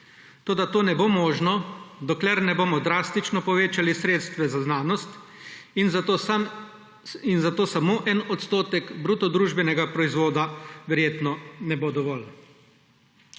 Toda to ne bo možno, dokler ne bomo drastično povečali sredstev za znanost. In za to samo en odstotek bruto družbenega proizvoda verjetno ne bo dovolj.